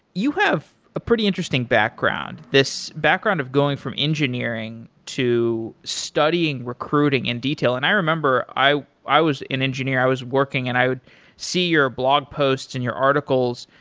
you have a pretty interesting background. this background of going from engineering to studying, recruiting and detail. and i remember, i i was an engineer, i was working and i would see your blog posts and your articles,